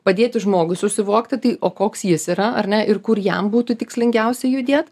padėti žmogui susivokti tai o koks jis yra ar ne ir kur jam būtų tikslingiausia judėt